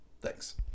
Thanks